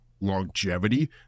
longevity